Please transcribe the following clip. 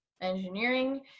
engineering